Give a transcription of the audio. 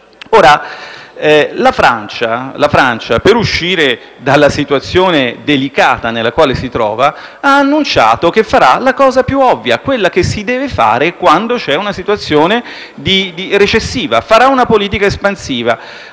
La Francia, per uscire dalla situazione delicata nella quale si trova, ha annunciato che farà la cosa più ovvia, quella che si deve fare quando c'è una situazione recessiva: farà una politica espansiva.